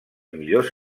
millors